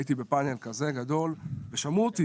הייתי בפאנל כזה גדול ושמעו אותי.